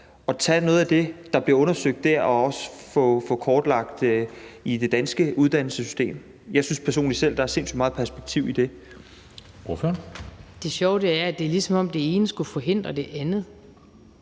at tage noget af det, der bliver undersøgt der og også få det kortlagt i det danske uddannelsessystem. Jeg synes personligt, der er sindssygt meget perspektiv i det. Kl. 16:46 Anden næstformand (Jeppe Søe): Ordføreren.